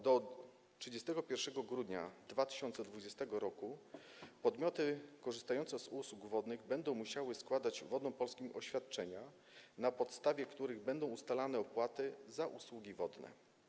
Do 31 grudnia 2020 r. podmioty korzystające z usług wodnych będą musiały składać Wodom Polskim oświadczenia, na podstawie których będą ustalone opłaty za usługi wodne.